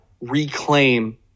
reclaim